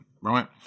right